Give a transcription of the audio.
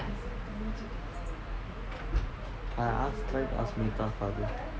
I ask try to ask matar father